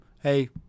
hey